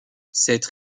cette